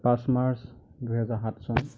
পাঁচ মাৰ্চ দুহেজাৰ সাত চন